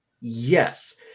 Yes